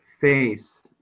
face